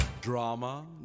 Drama